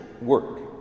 work